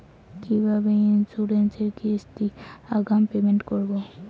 কিভাবে ইন্সুরেন্স এর কিস্তি আগাম পেমেন্ট করবো?